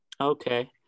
Okay